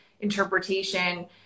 interpretation